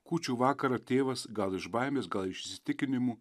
kūčių vakarą tėvas gal iš baimės gal iš įsitikinimų